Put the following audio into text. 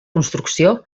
construcció